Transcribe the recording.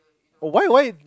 oh why why